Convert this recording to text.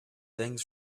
things